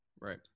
Right